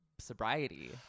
sobriety